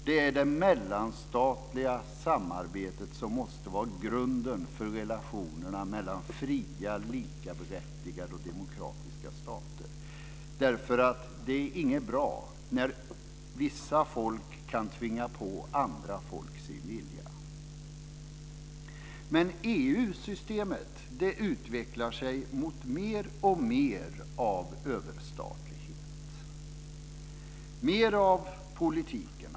Det är det mellanstatliga samarbetet som måste vara grunden för relationerna mellan fria likaberättigade och demokratiska stater, därför att det inte är bra när vissa folk kan tvinga på andra folk sin vilja. Men EU-systemet utvecklar sig mot mer och mer av överstatlighet.